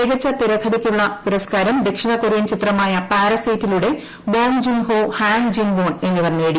മികച്ച തിരക്കഥയ്ക്കുള്ള പുരസ്ക്കാരം ദക്ഷിണ കൊറിയൻ ചിത്രമായ പാരസൈറ്റിലൂടെ Bong Joon Ho Han Jin Won എന്നിവർ നേടി